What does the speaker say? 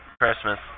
Christmas